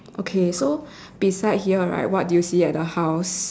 okay so beside here right what do you see at the house